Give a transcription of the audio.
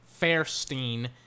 Fairstein